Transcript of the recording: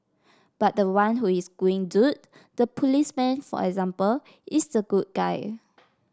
but the one who is doing good the policeman for example is the good guy